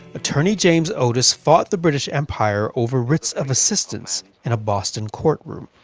attorney james otis fought the british empire over writs of assistance in a boston courtroom.